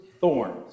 thorns